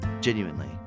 Genuinely